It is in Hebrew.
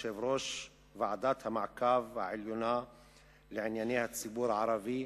יושב-ראש ועדת המעקב העליונה לענייני הציבור הערבי.